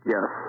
Yes